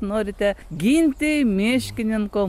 norite ginti miškininko